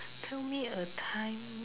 tell me a time